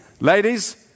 Ladies